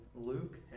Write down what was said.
Luke